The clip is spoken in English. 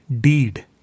deed